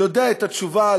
יודע את התשובה,